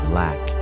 lack